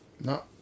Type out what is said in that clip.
No